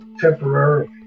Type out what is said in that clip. temporarily